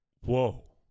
Whoa